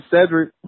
Cedric